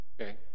Okay